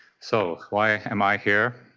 so why ah am i here?